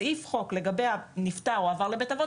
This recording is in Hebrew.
סעיף החוק לגבי הנפטר או עבר לבית אבות